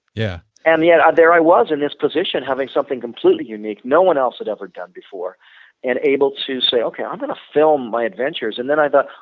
yeah yet there i was in this position having something completely unique. no one else had ever done before and able to say, okay, i am going to film my adventures and then i thought,